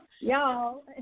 Y'all